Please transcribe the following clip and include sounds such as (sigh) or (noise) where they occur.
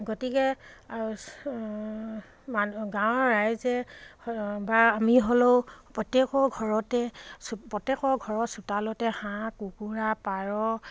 গতিকে (unintelligible) মানুহ গাঁৱৰ ৰাইজে বা আমি হ'লেও প্ৰত্যেকৰ ঘৰতে (unintelligible) প্ৰত্যেকৰ ঘৰৰ চোতালতে হাঁহ কুকুৰা পাৰ